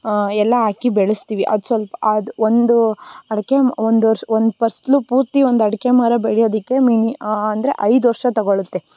ಎಲ್ಲ ಹಾಕಿ ಬೆಳಳ್ತೀವಿ ಅದು ಸ್ವಲ್ಪ ಅದ್ ಒಂದು ಅಡಿಕೆಮ್ ಒಂದು ವರ್ಷ ಒಂದು ಫಸ್ಲು ಪೂರ್ತಿ ಒಂದು ಅಡಿಕೆ ಮರ ಬೆಳೆಯೋದಕ್ಕೆ ಮಿನಿ ಅಂದರೆ ಐದು ವರ್ಷ ತಗೊಳ್ಳುತ್ತೆ